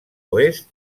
oest